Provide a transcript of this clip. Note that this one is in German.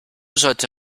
sollte